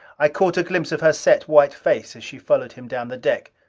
i caught a glimpse of her set white face as she followed him down the deck.